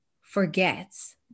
forgets